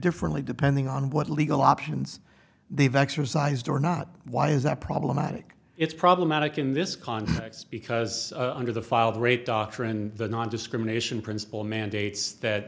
differently depending on what legal options they've exercised or not why is that problematic it's problematic in this context because under the filed rate doctrine the nondiscrimination principle mandates that